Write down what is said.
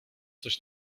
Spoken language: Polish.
coś